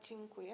Dziękuję.